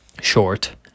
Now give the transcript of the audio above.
short